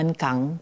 kang